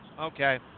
okay